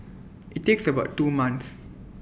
IT takes about two months